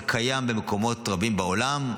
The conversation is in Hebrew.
זה קיים במקומות רבים בעולם.